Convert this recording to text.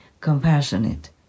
compassionate